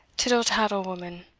tittle-tattle, woman,